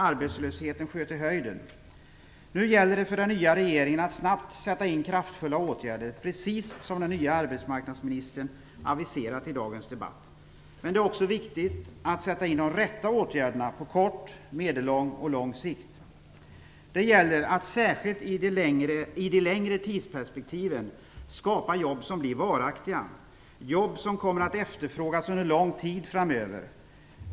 Arbetslösheten sköt i höjden. Nu gäller det för den nya regeringen att snabbt sätta in kraftfulla åtgärder, precis som den nye arbetsmarknadsministern aviserat i dagens debatt. Men det är också viktigt att sätta in de rätta åtgärderna på kort, medellång och lång sikt. Det gäller att särskilt i de längre tidsperspektiven skapa jobb som blir varaktiga, jobb som kommer att efterfrågas under lång tid framöver.